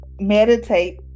Meditate